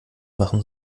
machen